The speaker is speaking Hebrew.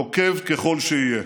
נוקב ככל שיהיה.